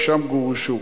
שמשם גורשו.